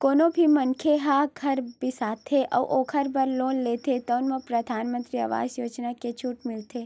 कोनो भी मनखे ह घर बिसाथे अउ ओखर बर लोन लेथे तउन म परधानमंतरी आवास योजना के छूट मिलथे